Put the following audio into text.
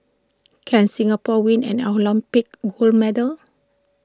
can Singapore win an Olympic gold medal